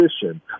position